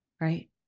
right